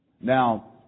Now